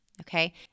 okay